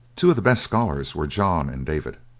two of the best scholars were john and david.